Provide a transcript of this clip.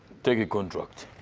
take a contract.